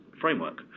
framework